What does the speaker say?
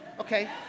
Okay